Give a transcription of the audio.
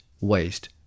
waste